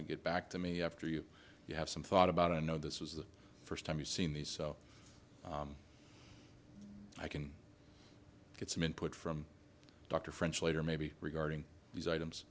to get back to me after you you have some thought about i know this is the first time you've seen these so i can get some input from dr french later maybe regarding these items